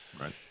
Right